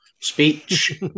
speech